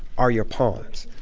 are your pawns.